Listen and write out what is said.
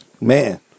Man